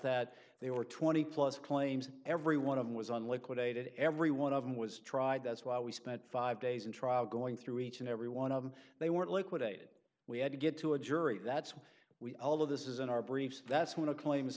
that they were twenty plus claims every one of them was on liquidated every one of them was tried that's why we spent five days in trial going through each and every one of them they were liquidated we had to get to a jury that's what we all of this is in our briefs that's when a claim